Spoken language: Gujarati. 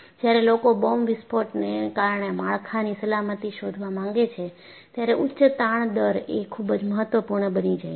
જ્યારે લોકો બોમ્બ વિસ્ફોટને કારણે માળખાની સલામતી શોધવા માંગે છે ત્યારે ઉચ્ચ તાણ દર એ ખૂબ જ મહત્વપૂર્ણ બની જાય છે